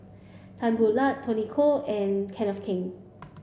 Tan Boo Liat Tony Khoo and Kenneth Keng